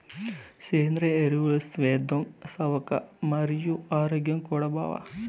సేంద్రియ ఎరువులు సేద్యం సవక మరియు ఆరోగ్యం కూడా బావ